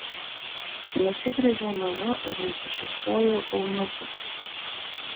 nusigręžiau nuo jo ir nusišypsojau eunuchui